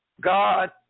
God